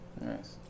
Nice